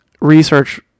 research